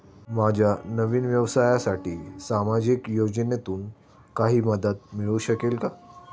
माझ्या नवीन व्यवसायासाठी सामाजिक योजनेतून काही मदत मिळू शकेल का?